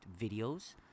videos